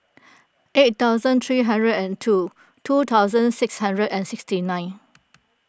eight thousand three hundred and two two thousand six hundred and sixty nine